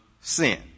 sin